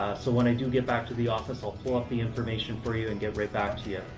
so when i do get back to the office, i'll pull up the information for you and get right back to you.